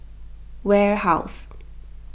warehouse